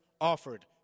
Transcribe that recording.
offered